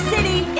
City